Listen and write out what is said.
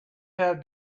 have